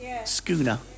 Schooner